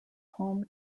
home